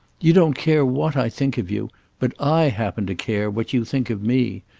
you don't care what i think of you but i happen to care what you think of me.